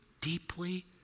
deeply